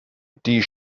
die